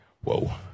Whoa